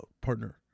partner